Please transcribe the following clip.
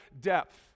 depth